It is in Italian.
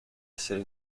essere